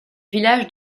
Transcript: villages